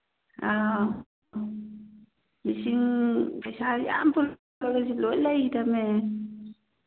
ꯑ ꯂꯤꯁꯤꯡ ꯄꯩꯁꯥ ꯌꯥꯝ ꯂꯣꯏ ꯂꯩꯈꯤꯗꯃꯦ